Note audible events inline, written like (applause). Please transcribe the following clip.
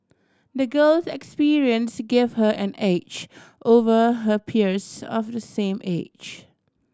the girl (unintelligible) experience gave her an edge over her peers of the same age